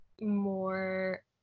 more